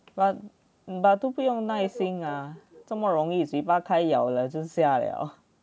but but 都不用耐心啊这么容易嘴巴开咬就下了